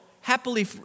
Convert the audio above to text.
happily